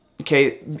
Okay